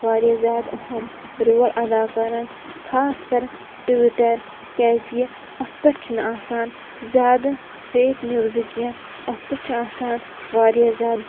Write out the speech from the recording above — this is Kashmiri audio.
واریاہ زیادٕ اہم رول اَدا کَرَن خاص کَر ٹُوِٹَر کیٛازِکہِ اَتھ پٮ۪ٹھ چھِنہٕ آسان زیادٕ فیک نِوزٕ کینٛہہ اَتھ پٮ۪ٹھ چھِ آسان واریاہ زیادٕ